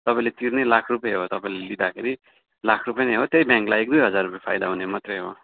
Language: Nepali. तपाईँले तिर्नै लाख रुपियाँ हो तपाईँले लिँदाखेरि लाख रुपियाँ नै हो त्यही ब्याङ्कलाई एक दुई हजार रुपियाँ फाइदा हुने मात्रै हो